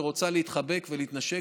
ורוצה להתחבק ולהתנשק,